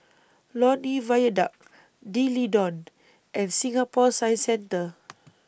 Lornie Viaduct D'Leedon and Singapore Science Centre